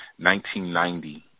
1990